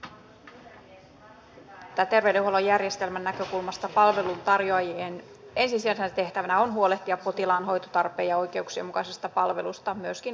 on varsin hyvä että terveydenhuollon järjestelmän näkökulmasta palveluntarjoajien ensisijaisena tehtävänä on huolehtia potilaan hoitotarpeen ja oikeuksien mukaisesta palvelusta myöskin aborteista